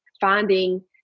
finding